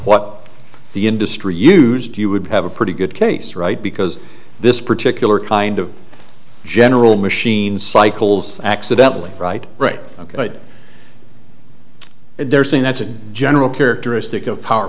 what the industry used you would have a pretty good case right because this particular kind of general machine cycles accidentally right right ok but they're saying that's a general characteristic of power